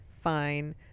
fine